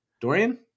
Dorian